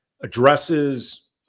addresses